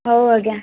ହଉ ଆଜ୍ଞା